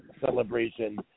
celebration